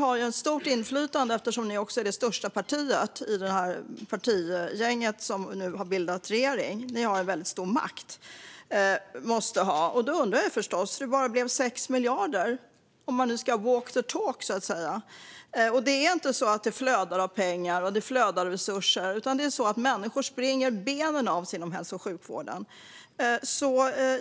har stort inflytande, eftersom ni är det största partiet i det partigäng som nu har bildat regering. Ni måste ha stor makt. Jag undrar förstås hur det blev bara 6 miljarder, om man nu ska walk the talk. Det flödar inte av pengar och resurser, utan människor springer benen av sig inom hälso och sjukvården.